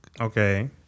Okay